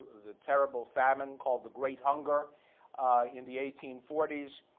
the terrible famine called the great hunger in the eighteen forty s,